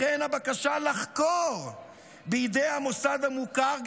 לכן הבקשה לחקור בידי המוסד המוכר,